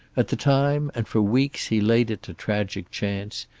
at the time, and for weeks, he laid it to tragic chance,